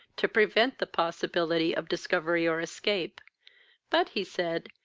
to prevent the possibility of discovery or escape but, he said,